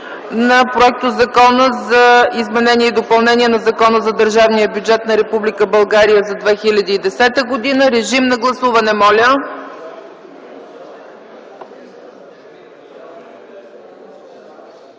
на Проектозакона за изменение и допълнение на Закона за държавния бюджет на Република България за 2010 г. Моля, режим на гласуване.